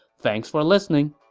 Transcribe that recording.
thanks for listening!